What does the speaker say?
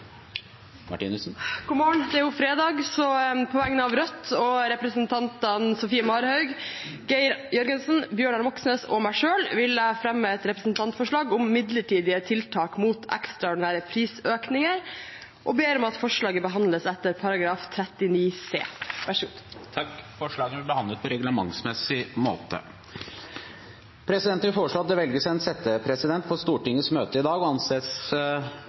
morgen. Det er jo fredag, så på vegne av representantene Sofie Marhaug, Geir Jørgensen, Bjørnar Moxnes og meg selv vil jeg fremme et representantforslag om midlertidige tiltak mot ekstraordinære prisøkninger. Jeg ber om at forslaget behandles etter forretningsordenens § 39 c. Forslagene vil bli behandlet på reglementsmessig måte. Presidenten vil foreslå at det velges en settepresident for Stortingets møte i dag – og